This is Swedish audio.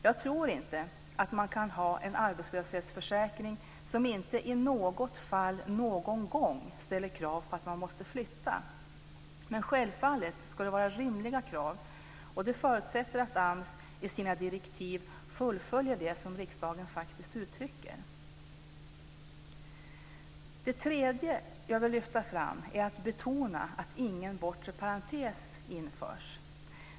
Jag tror inte att man kan ha en arbetslöshetsförsäkring som inte i något fall någon gång ställer krav på att man måste flytta. Men självfallet ska det vara rimliga krav. Det förutsätter att AMS i sina direktiv fullföljer det som riksdagen faktiskt uttrycker. Det tredje jag vill lyfta fram är att ingen bortre parentes införs.